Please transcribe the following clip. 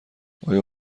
آیا